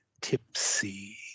tipsy